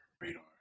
Radar